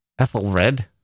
Ethelred